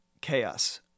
chaos